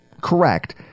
correct